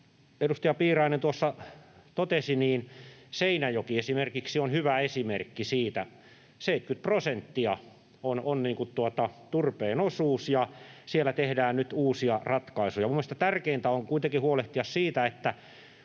edustaja Piirainen tuossa totesi, esimerkiksi Seinäjoki on hyvä esimerkki siitä: 70 prosenttia on turpeen osuus, ja siellä tehdään nyt uusia ratkaisuja. Minun mielestäni tärkeintä on kuitenkin huolehtia siitä, että